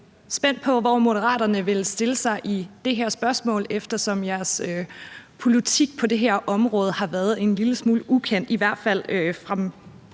spændt på, hvor Moderaterne ville stille sig i det her spørgsmål, eftersom jeres politik på det her område har været en lille smule ukendt, i hvert fald set